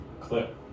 clip